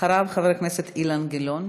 אחריו, חבר הכנסת אילן גילאון.